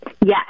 Yes